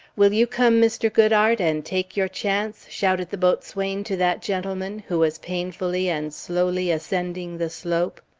will you come, mr. good'art, and take your chance? shouted the boatswain to that gentleman, who was painfully and slowly ascending the slope.